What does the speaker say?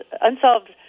Unsolved